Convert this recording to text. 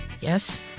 Yes